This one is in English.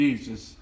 Jesus